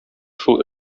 шул